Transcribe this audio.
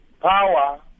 power